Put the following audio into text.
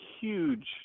huge